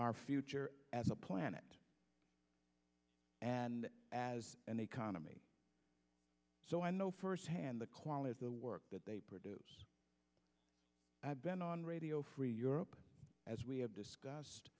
our future as a planet and as an economy so i know firsthand the quality of the work that they produce i've been on radio free europe as we have discussed